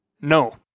No